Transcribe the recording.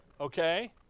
okay